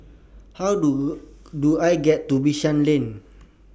How Do Do I get to Bishan Lane